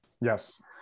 yes